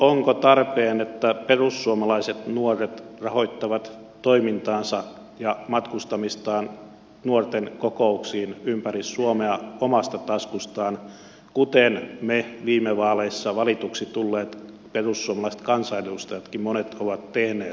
onko tarpeen että perussuomalaiset nuoret rahoittavat toimintaansa ja matkustamistaan nuorten kokouksiin ympäri suomea omasta taskustaan kuten meistä monet viime vaaleissa valituksi tulleet perussuomalaiset kansanedustajatkin ovat tehneet